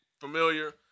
familiar